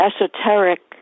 esoteric